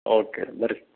okay ಬನ್ರಿ